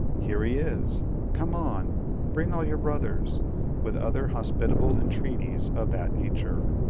here he is come on bring all your brothers with other hospitable entreaties of that nature.